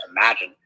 imagine